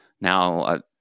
now